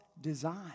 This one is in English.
design